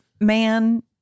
man